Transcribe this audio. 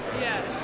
yes